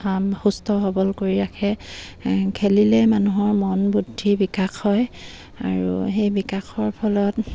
কাম সুস্থ সৱল কৰি ৰাখে খেলিলে মানুহৰ মন বুদ্ধি বিকাশ হয় আৰু সেই বিকাশৰ ফলত